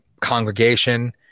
congregation